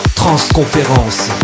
transconférence